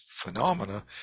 Phenomena